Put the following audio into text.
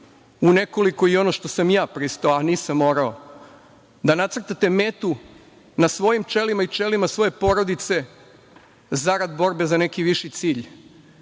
u nekoliko i ono što sam i ja pristao, a nisam morao, da nacrtate metu na svojim čelima i čelima svoje porodice, zarad borbe za neki viši cilj. Niste